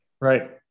Right